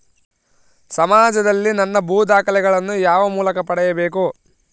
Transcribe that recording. ಸಮಾಜದಲ್ಲಿ ನನ್ನ ಭೂ ದಾಖಲೆಗಳನ್ನು ಯಾವ ಮೂಲಕ ಪಡೆಯಬೇಕು?